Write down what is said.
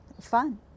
Fun